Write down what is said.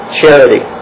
charity